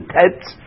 tents